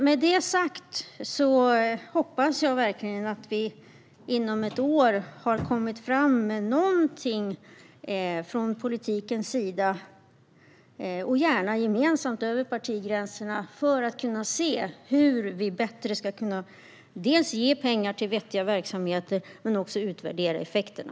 Med detta sagt hoppas jag verkligen att vi inom politiken, gärna gemensamt över partigränserna, inom ett år har kommit fram med något där vi ser hur vi bättre kan dels ge pengar till vettiga verksamheter, dels utvärdera effekterna.